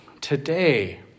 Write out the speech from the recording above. today